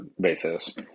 basis